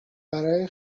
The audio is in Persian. برای